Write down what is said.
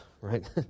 right